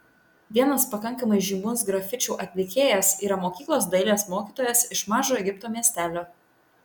vienas pakankamai žymus grafičių atlikėjas yra mokyklos dailės mokytojas iš mažo egipto miestelio